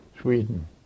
Sweden